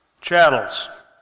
Chattels